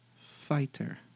Fighter